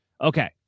Okay